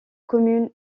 commune